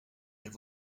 elle